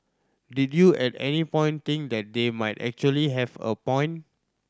did you at any point think that they might actually have a point